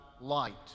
light